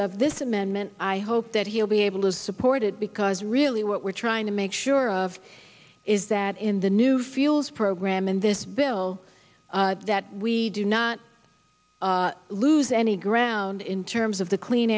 of this amendment i hope that he'll be able to support it because really what we're trying to make sure of is that in the new fields program in this bill that we do not lose any ground in terms of the clean